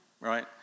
right